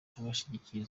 abashigikiye